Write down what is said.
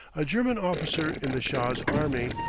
a german officer in the shah's army,